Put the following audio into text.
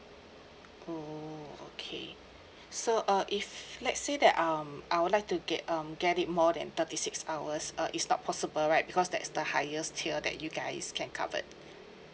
oh okay so uh if let's say that um I would like to get um get it more than thirty six hours uh is not possible right because that's the highest tier that you guys can covered